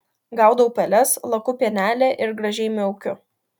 gaudau peles laku pienelį ir gražiai miaukiu